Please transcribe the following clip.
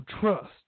trust